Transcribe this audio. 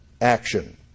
action